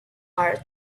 march